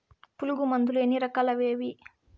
పులుగు మందులు ఎన్ని రకాలు అవి ఏవి?